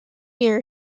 year